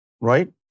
Right